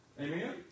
Amen